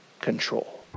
control